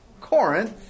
Corinth